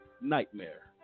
nightmare